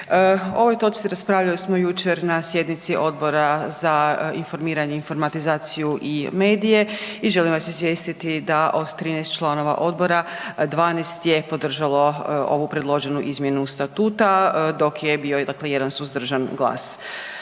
ovoj točci raspravljali smo jučer na sjednici Odbora za informiranje, informatizaciju i medije i želim vas izvijestiti da od 13 članova odbora, 12 je podržalo ovu predloženu izmjenu statuta, dok je bio, dakle jedan suzdržan glas.